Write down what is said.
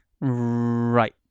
Right